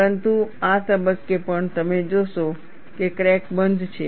પરંતુ આ તબક્કે પણ તમે જોશો કે ક્રેક બંધ છે